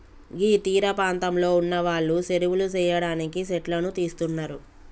గీ తీరపాంతంలో ఉన్నవాళ్లు సెరువులు సెయ్యడానికి సెట్లను తీస్తున్నరు